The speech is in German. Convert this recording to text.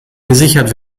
gesichert